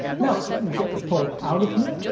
now, let me get the pole out of here,